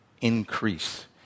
increase